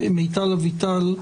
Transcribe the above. מיטל אביטל,